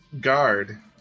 guard